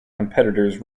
competitors